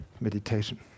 meditation